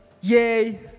yay